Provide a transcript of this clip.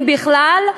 אם בכלל,